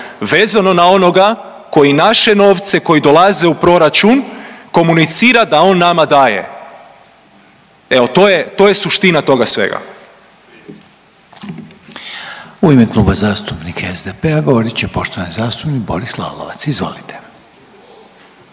vezano na onoga koji naše novce koji dolaze u proračun komunicira da on nama daje. Evo to je suština toga svega. **Reiner, Željko (HDZ)** U ime Kluba zastupnika SDP-a govorit će poštovani zastupnik Boris Lalovac. Izvolite.